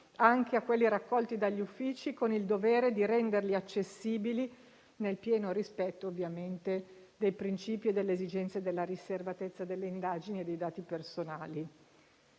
anche a quelli raccolti dagli uffici con il dovere di renderli accessibili, ovviamente nel pieno rispetto dei principi e delle esigenze della riservatezza delle indagini e dei dati personali.